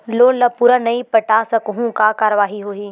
Loan ला पूरा नई पटा सकहुं का कारवाही होही?